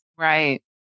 Right